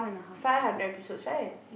five hundred episodes right